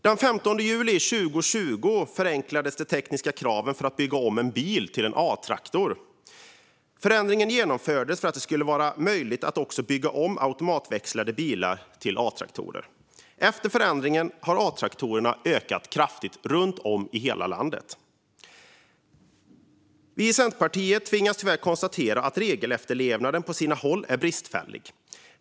Den 15 juli 2020 förenklades de tekniska kraven för att bygga om en bil till A traktor. Förändringen genomfördes för att det skulle vara möjligt att också bygga om automatväxlade bilar till A-traktorer. Efter förändringen har antalet A-traktorer ökat kraftigt i hela landet. Vi i Centerpartiet tvingas tyvärr konstatera att regelefterlevnaden på sina håll är bristfällig.